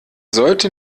sollte